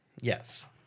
Yes